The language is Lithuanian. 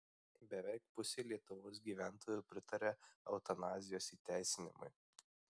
beveik pusė lietuvos gyventojų pritaria eutanazijos įteisinimui